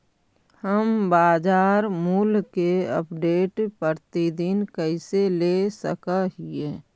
हम बाजार मूल्य के अपडेट, प्रतिदिन कैसे ले सक हिय?